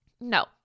no